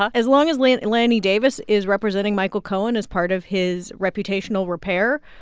ah as long as lanny lanny davis is representing michael cohen as part of his reputational repair,